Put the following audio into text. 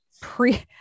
pre